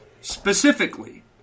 specifically